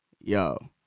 Yo